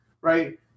right